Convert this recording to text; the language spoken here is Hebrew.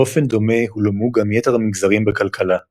באופן דומה הולאמו גם יתר המגזרים בכלכלה התעשייה,